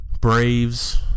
Braves